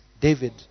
David